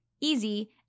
easy